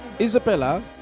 Isabella